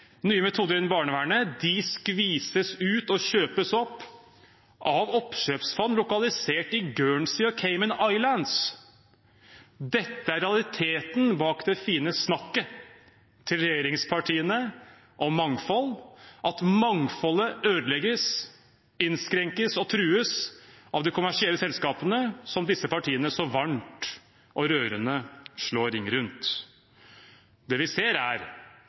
nye metoder innen barnevernet, skvises ut og kjøpes opp av oppkjøpsfond lokalisert i Guernsey og på Cayman Islands. Dette er realiteten bak det fine snakket til regjeringspartiene om mangfold – at mangfoldet ødelegges, innskrenkes og trues av de kommersielle selskapene som disse partiene så varmt og rørende slår ring om. Det vi ser, er